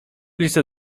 listę